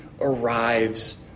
arrives